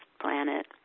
planet